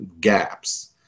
gaps